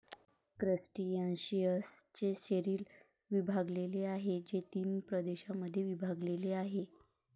क्रस्टेशियन्सचे शरीर विभागलेले आहे, जे तीन प्रदेशांमध्ये विभागलेले आहे